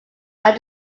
are